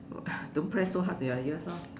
don't press so hard to your ears lor